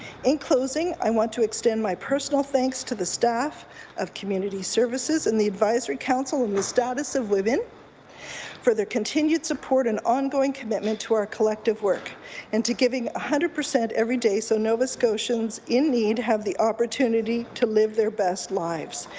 in closing i want to extend my personal thanks to the staff of community services and the advisory council of and the status of women for their continued support and ongoing commitment to our collective work and to giving a hundred percent every day so nova scotians in need have the opportunity to live their best lives.